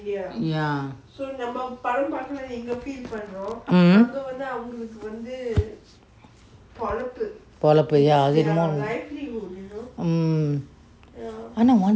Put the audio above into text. ya um பொழப்பு:pozhappu ya um ஆனா:aana one